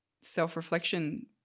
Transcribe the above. self-reflection